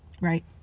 right